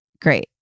Great